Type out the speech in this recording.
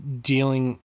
dealing